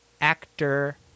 actor